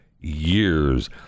years